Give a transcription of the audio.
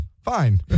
Fine